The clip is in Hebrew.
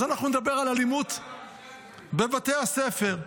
אז אנחנו נדבר על אלימות בבתי הספר.